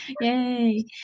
yay